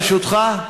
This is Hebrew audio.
ברשותך?